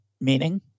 meaning